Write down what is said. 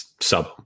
sub